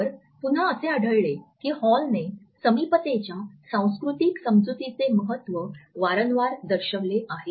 तर पुन्हा असे आढळले की हॉलने समीपतेच्या सांस्कृतिक समजुतीचे महत्त्व वारंवार दर्शविले आहे